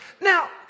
Now